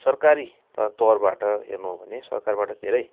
सरकारी त तौरबाट हेर्नु हो भने सरकारबट धेरै